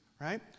right